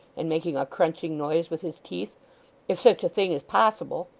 and making a crunching noise with his teeth if sich a thing is possible